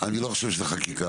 אני לא חושב שזו חקיקה.